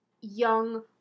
young